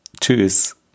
Tschüss